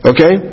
Okay